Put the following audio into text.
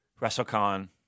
WrestleCon